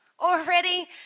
Already